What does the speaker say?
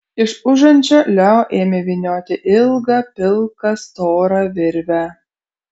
iš užančio leo ėmė vynioti ilgą pilką storą virvę